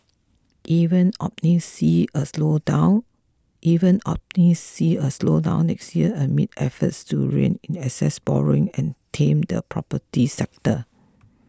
even optimists see a slowdown even optimists see a slowdown next year amid efforts to rein in excess borrowing and tame the property sector